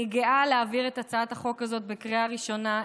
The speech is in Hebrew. אני גאה להעביר את הצעת החוק הזאת בקריאה הראשונה.